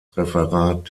referat